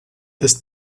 ist